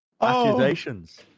accusations